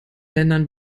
ländern